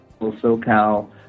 SoCal